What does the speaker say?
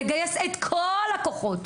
לגייס את כל הכוחות.